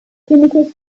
clinical